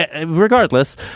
Regardless